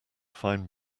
fine